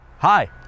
Hi